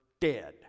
dead